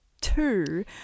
two